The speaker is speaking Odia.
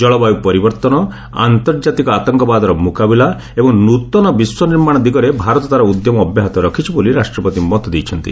ଜଳବାୟୁ ପରିବର୍ତ୍ତନ ଆନ୍ତର୍ଜାତିକ ଆତଙ୍କବାଦର ମୁକାବିଲା ଏବଂ ନୂତନ ବିଶ୍ୱ ନିର୍ମାଣ ଦିଗରେ ଭାରତ ତାର ଉଦ୍ୟମ ଅବ୍ୟାହତ ରଖିଛି ବୋଲି ରାଷ୍ଟ୍ରପତି ମତ ଦେଇଛନ୍ତି